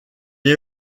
est